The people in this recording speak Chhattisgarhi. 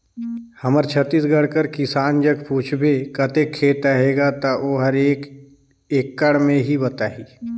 हमर छत्तीसगढ़ कर किसान जग पूछबे कतेक खेत अहे गा, ता ओहर एकड़ में ही बताही